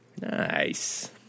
Nice